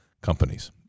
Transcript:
companies